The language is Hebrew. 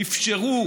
אפשרו